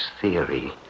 theory